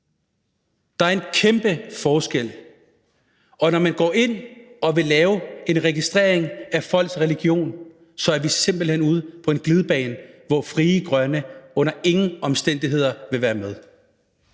Der er en kæmpe forskel. Og når man går ind og vil lave en registrering af folks religion, er vi simpelt hen ude på en glidebane, hvor Frie Grønne under ingen omstændigheder vil være med.